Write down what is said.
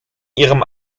ihrem